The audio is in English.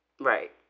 right